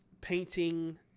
painting